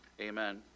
Amen